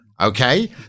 okay